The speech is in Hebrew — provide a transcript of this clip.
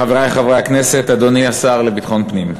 חברי חברי הכנסת, אדוני השר לביטחון פנים,